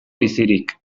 bizirik